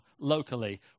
locally